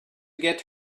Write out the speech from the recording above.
get